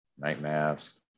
Nightmask